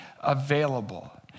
available